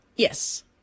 Yes